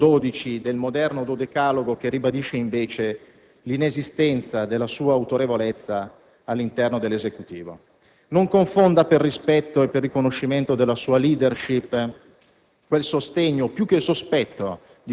salvo poi ricorrere al patetico punto 12 del moderno dodecalogo, che ribadisce invece l'inesistenza della sua autorevolezza all'interno dell'Esecutivo. Non confonda per rispetto e per riconoscimento della sua *leadership*